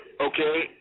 Okay